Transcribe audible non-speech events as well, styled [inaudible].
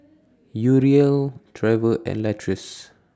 [noise] Uriel Trever and Latrice